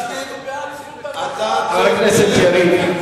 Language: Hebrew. נגד גירוש של יהודים מבתיהם,